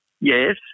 Yes